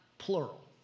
Plural